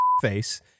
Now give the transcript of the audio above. face